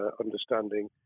understanding